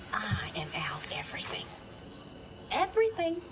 am out everything everything.